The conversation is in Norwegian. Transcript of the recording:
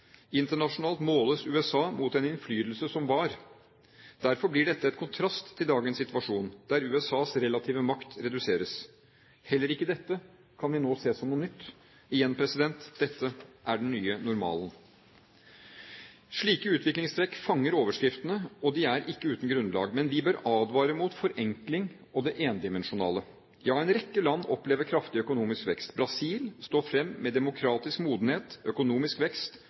Internasjonalt måles USA mot en innflytelse som var. Derfor blir dette en kontrast til dagens situasjon, der USAs relative makt reduseres. Heller ikke dette kan vi se som noe nytt. Igjen: Dette er den nye normalen. Slike utviklingstrekk fanger overskriftene, og de er ikke uten grunnlag, men vi bør advare mot forenkling og det endimensjonale. Ja, en rekke land opplever kraftig økonomisk vekst. Brasil står fram med demokratisk modenhet, økonomisk vekst,